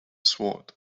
sword